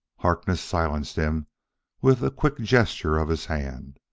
harkness silenced him with a quick gesture of his hand.